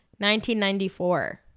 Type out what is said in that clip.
1994